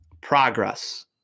progress